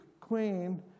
queen